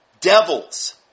devils